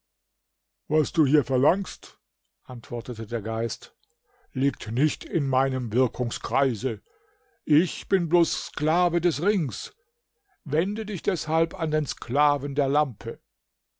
was du hier verlangst antwortete der geist liegt nicht in meinem wirkungskreise ich bin bloß sklave des rings wende dich deshalb an den sklaven der lampe